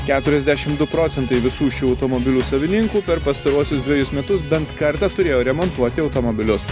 keturiasdešimt du procentai visų šių automobilių savininkų per pastaruosius dvejus metus bent kartą turėjo remontuoti automobilius